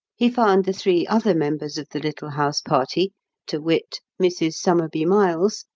he found the three other members of the little house-party to wit mrs. somerby-miles,